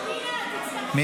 פנינה, את תצטרכי,